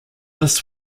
this